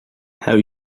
have